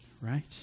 right